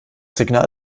signal